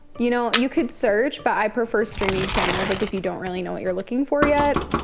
you know you could search, but i prefer streaming channels like if you don't really know what you're looking for yet.